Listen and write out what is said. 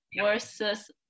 versus